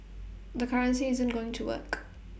the currency isn't going to work